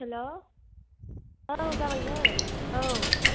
हेल' औ जामायजो औ